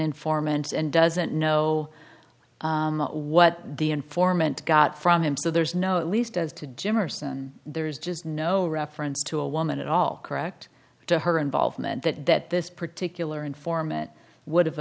informant and doesn't know what the informant got from him so there's no at least as to jimerson there's just no reference to a woman at all correct to her involvement that that this particular informant would